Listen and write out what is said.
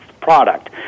product